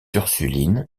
ursulines